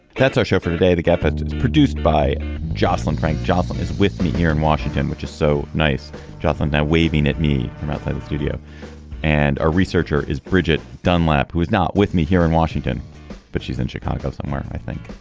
that's our show for today the episode is produced by joslyn frank. joplin is with me here in washington which is so nice joplin now waving at me from outside the studio and a researcher is brigitte dunlap who is not with me here in washington but she's in chicago somewhere i think.